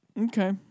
okay